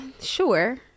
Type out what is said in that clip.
sure